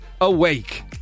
awake